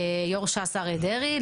ליו"ר ש"ס אריה דרעי,